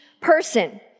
person